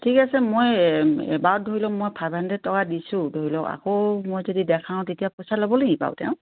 ঠিক আছে মই এবাৰত ধৰি লওক মই ফাইভ হাণ্ড্ৰেড টকা দিছোঁ ধৰি লওক আকৌ মই যদি দেখাওঁ তেতিয়া পইচা ল'ব বাৰু তেওঁ